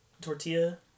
tortilla